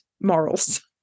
morals